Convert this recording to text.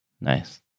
Nice